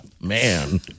Man